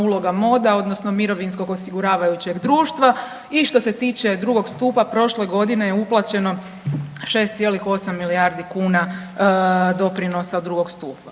uloga MOD-a odnosno Mirovinskog osiguravajućeg društva. I što se tiče drugog stupa prošle godine je uplaćeno 6,8 milijardi kuna doprinosa drugog stupa.